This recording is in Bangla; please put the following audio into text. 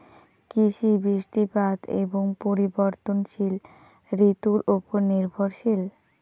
কৃষি বৃষ্টিপাত এবং পরিবর্তনশীল ঋতুর উপর নির্ভরশীল